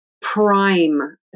prime